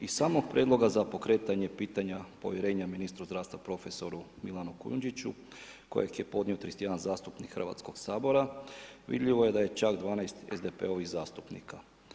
Iz samog prijedloga za pokretanje pitanja povjerenja ministra zdravstva profesoru Milanu Kujundžiću, kojih je podnio 31 zastupnik Hrvatskog sabora vidljivo je da je čak 12 SDP-ovih zastupnika.